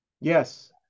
Yes